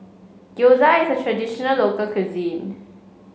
Gyoza is a traditional local cuisine